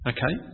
Okay